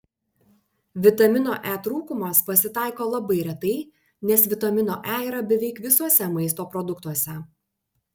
vitamino e trūkumas pasitaiko labai retai nes vitamino e yra beveik visuose maisto produktuose